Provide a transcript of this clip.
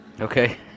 Okay